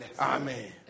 Amen